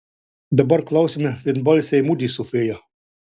dabar klausiame vienbalsiai mudvi su fėja